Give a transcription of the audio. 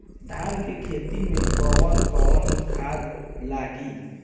धान के खेती में कवन कवन खाद लागी?